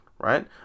right